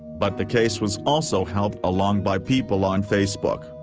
but the case was also helped along by people on facebook,